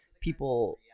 people